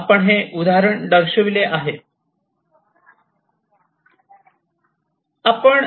आपण हे उदाहरण दर्शविले आहे